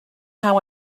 how